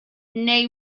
neu